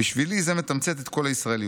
'בשבילי זה מתמצת את כל הישראליות,